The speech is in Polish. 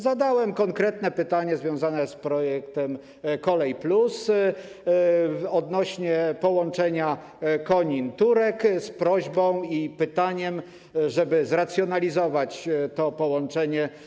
Zadałem konkretne pytanie związane z projektem „Kolej+” odnośnie do połączenia Konin - Turek, z prośbą, żeby zracjonalizować to połączenie.